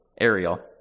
Ariel